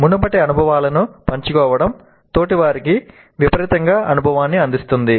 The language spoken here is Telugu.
మునుపటి అనుభవాలను పంచుకోవడం తోటివారికి విపరీతమైన అనుభవాన్ని అందిస్తుంది